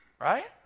Right